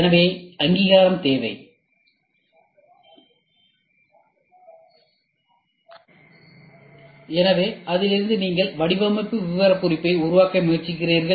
எனவே அங்கீகார தேவையிலிருந்து நீங்கள் வடிவமைப்பு விவரக்குறிப்பை உருவாக்க முயற்சிக்கிறீர்கள்